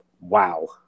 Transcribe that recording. Wow